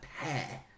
pair